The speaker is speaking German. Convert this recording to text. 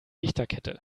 lichterkette